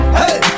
hey